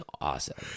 awesome